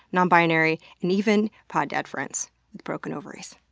non-binary and even poddad friends with broken ovaries.